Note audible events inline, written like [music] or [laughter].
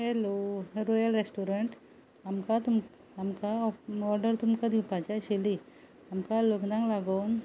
hello [unintelligible] restaurant आमकां [unintelligible] आमकां order तुमकां दिवपाची आशिल्ली आमकां लग्नाक लागून